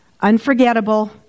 unforgettable